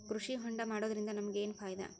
ಕೃಷಿ ಹೋಂಡಾ ಮಾಡೋದ್ರಿಂದ ನಮಗ ಏನ್ ಫಾಯಿದಾ?